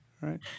Right